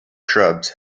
shrubs